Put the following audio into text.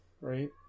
right